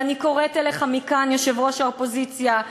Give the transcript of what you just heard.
ואני קוראת אליך מכאן, יושב-ראש האופוזיציה: